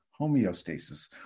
homeostasis